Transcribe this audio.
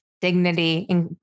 dignity